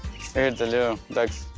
there's the little ducks.